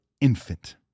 infant